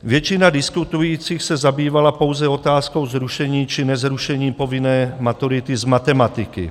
Většina diskutujících se zabývala pouze otázkou zrušení či nezrušení povinné maturity z matematiky.